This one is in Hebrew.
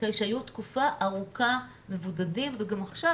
שהיו תקופה ארוכה מבודדים וגם עכשיו